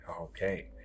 Okay